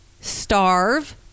starve